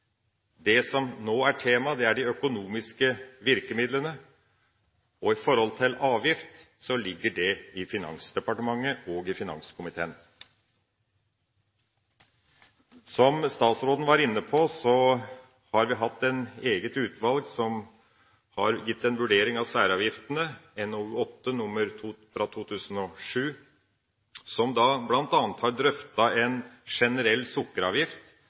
nå er de økonomiske virkemidlene, og når det gjelder avgifter, ligger det under Finansdepartementet og finanskomiteen. Som statsråden var inne på, har vi hatt et eget utvalg som har gitt en vurdering av særavgiftene, NOU 2007: 8, der man bl.a. har drøftet en generell sukkeravgift